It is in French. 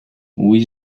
oui